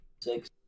six